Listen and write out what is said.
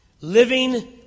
living